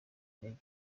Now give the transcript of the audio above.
integer